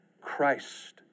Christ